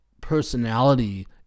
personality